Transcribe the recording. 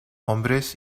hombres